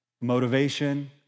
Motivation